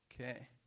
Okay